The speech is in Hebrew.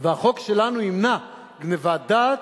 והחוק שלנו ימנע גנבת דעת.